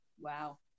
Wow